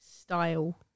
style